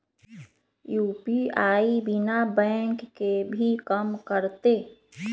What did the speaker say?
UPI बिना bank के भी कम करतै?